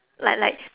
like like